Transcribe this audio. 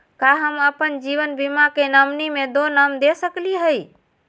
का हम अप्पन जीवन बीमा के नॉमिनी में दो नाम दे सकली हई?